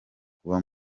kuba